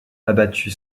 abattue